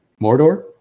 Mordor